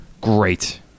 Great